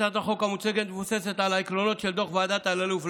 הצעת החוק המוצגת מבוססת על העקרונות של דוח ועדת אלאלוף,